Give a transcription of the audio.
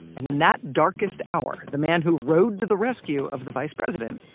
and in that darkest hour, the man who rode to the rescue of the vice president.